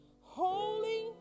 holy